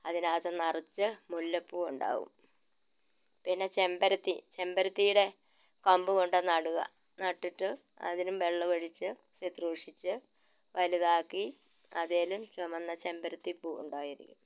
അതിന് അകത്ത് നിറച്ച് മുല്ലപ്പൂവുണ്ടാവും പിന്നെ ചെമ്പരത്തി ചെമ്പരത്തിയുടെ കമ്പ് കൊണ്ടു നടുക നട്ടിട്ട് അതിനും വെള്ളമൊഴിച്ച് ശുശ്രൂഷിച്ച് വലുതാക്കി അതിലും ചുവന്ന ചെമ്പരത്തി പൂവുണ്ടായിരിക്കും